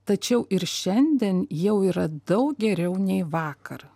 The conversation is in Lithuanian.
tačiau ir šiandien jau yra daug geriau nei vakar